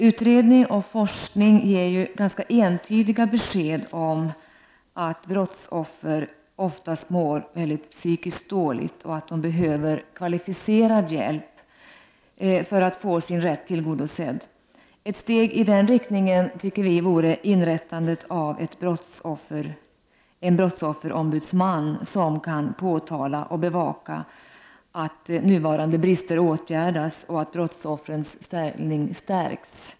Utredning och forskning ger ganska entydiga besked om att brottsoffer oftast mår psykiskt mycket dåligt och behöver kvalificerad hjälp för att få sin rätt tillgodosedd. Ett steg i den riktningen vore inrättandet av en brottsofferombudsman, som kan påtala nuvarande brister och bevaka att de åtgärdas samt att brottsoffrens ställning stärks.